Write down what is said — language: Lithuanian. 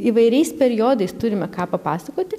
įvairiais periodais turime ką papasakoti